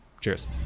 Cheers